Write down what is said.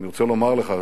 אני רוצה לומר לך,